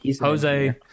Jose